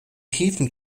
tiefen